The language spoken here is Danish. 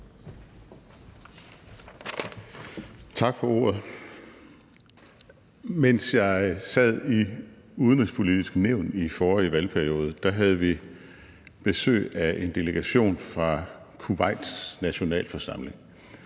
Tak for ordet. Mens jeg sad i Det Udenrigspolitiske Nævn i forrige valgperiode, havde vi besøg af en delegation fra Kuwaits nationalforsamling,